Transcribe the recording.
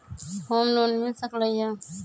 Home loan मिल सकलइ ह?